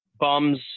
bums